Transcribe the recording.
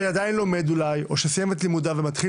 שעדיים לומר אולי או שסיים את לימודיו ומתחיל